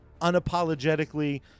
unapologetically